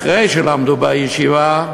אחרי שלמדו בישיבה,